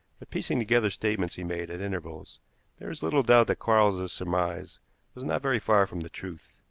but piecing together statements he made at intervals there is little doubt that quarles's surmise was not very far from the truth.